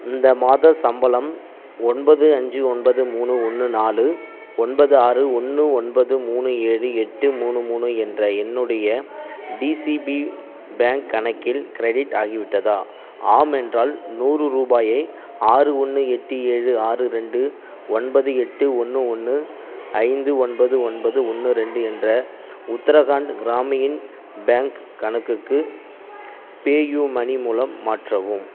இந்த மாத சம்பளம் ஒன்பது அஞ்சு ஒன்பது மூணு ஒன்று நாலு ஒன்பது ஆறு ஒன்று ஒன்பது மூணு ஏழு எட்டு மூணு மூணு என்ற என்னுடைய டிசிபி பேங்க் கணக்கில் க்ரெடிட் ஆகிவிட்டதா ஆம் என்றால் நூறு ரூபாயை ஆறு ஒன்று எட்டு ஏழு ஆறு ரெண்டு ஒன்பது எட்டு ஒன்று ஒன்று ஐந்து ஒன்பது ஒன்பது ஒன்று ரெண்டு என்ற உத்தரகாண்ட் கிராமியின் பேங்க் கணக்குக்கு பேயூமனி மூலம் மாற்றவும்